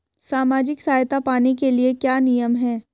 सामाजिक सहायता पाने के लिए क्या नियम हैं?